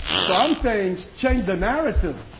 so i'm saying change the narrative.